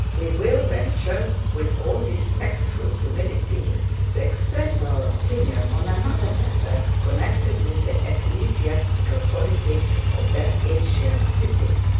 we will venture with all respectful humility to express our opinion on another matter, connected with the ecclesiastical polity of that ancient city.